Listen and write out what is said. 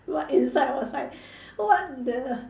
what inside outside what the